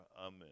Amen